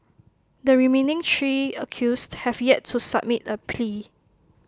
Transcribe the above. the remaining three accused have yet to submit A plea